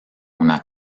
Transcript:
una